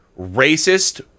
racist